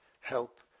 help